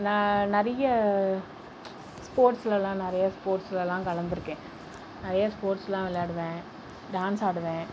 நான் நிறைய ஸ்போர்ட்ஸ்லலாம் நிறைய ஸ்போர்ட்ஸ்லலாம் கலந்து இருக்கேன் நிறைய ஸ்போர்ட்ஸ்லாம் விளையாடுவேன் டான்ஸ் ஆடுவேன்